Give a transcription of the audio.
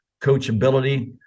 coachability